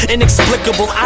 Inexplicable